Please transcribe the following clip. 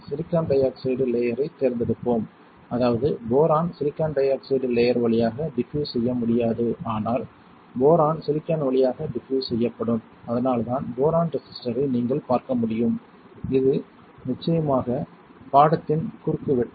silicon dioxide லேயரைத் தேர்ந்தெடுப்போம் அதாவது boron silicon dioxide layer வழியாகப் டிபியூஸ் செய்ய முடியாது ஆனால் போரான் சிலிக்கான் வழியாகப் டிபியூஸ் செய்யப்படும் அதனால்தான் போரான் ரெசிஸ்டரை நீங்கள் பார்க்க முடியும் இது நிச்சயமாக பாடத்தின் குறுக்குவெட்டு